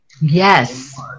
Yes